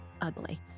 ugly